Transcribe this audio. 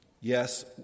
yes